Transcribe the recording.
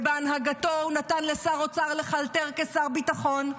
ובהנהגתו הוא נתן לשר אוצר לחלטר כשר ביטחון,